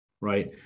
right